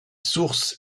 sources